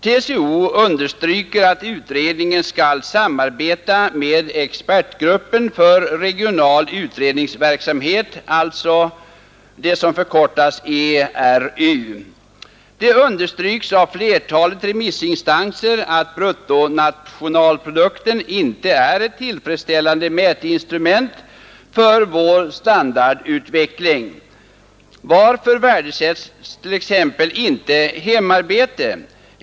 TCO understryker att utredningen skall samarbeta med expertgruppen för regional utredningsverksamhet, ERU. Det understryks av flertalet remissinstanser att bruttonationalprodukten inte är ett tillfredställande mätinstrument för vår standardutveckling. Varför värdesätts t.ex. inte hemarbetet?